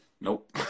nope